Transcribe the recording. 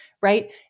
right